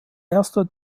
erster